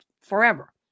forever